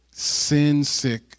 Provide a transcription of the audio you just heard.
Sin-sick